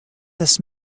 this